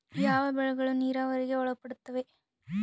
ಯಾವ ಬೆಳೆಗಳು ನೇರಾವರಿಗೆ ಒಳಪಡುತ್ತವೆ?